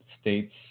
states